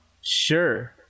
Sure